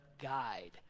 guide